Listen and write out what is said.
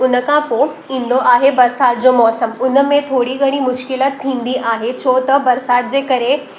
उन खां पोइ ईंदो आहे बरसाति जो मौसमु उन में थोरी घणी मुश्किल थींदी आहे छो त बरसाति जे करे